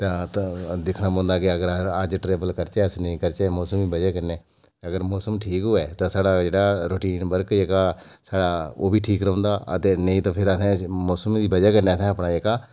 दिक्खना पौंदा कि अज्ज ट्रैवल करचै कि नेईं करचै मौसम दी बजाह् कन्नै मौसम ठीक होऐ तां जेह्ड़ा साड़ा रूटीन वर्क ओह्का जेह्का ऐ ओह् बी ठीक रौंह्ंदा ते नेईं ते फ्ही असें मौसम ही बजह कन्नै असें अपना जेह्का